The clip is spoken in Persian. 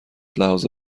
لحاظ